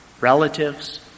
relatives